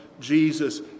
Jesus